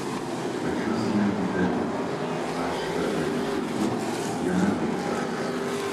važiuosime dideliu hpb džipu jame daug telpa